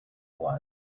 was